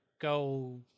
go